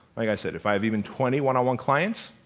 like i said, if i have even twenty one-on-one clients,